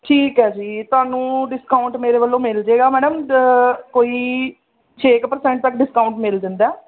ਠੀਕ ਹੈ ਜੀ ਤੁਹਾਨੂੰ ਡਿਸਕਾਊਂਟ ਮੇਰੇ ਵੱਲੋਂ ਮਿਲ ਜਾਏਗਾ ਮੈਡਮ ਦ ਕੋਈ ਛੇ ਕੁ ਪਰਸੈਂਟ ਤੱਕ ਡਿਸਕਾਊਂਟ ਮਿਲ ਜਾਂਦਾ